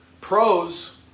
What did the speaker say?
Pros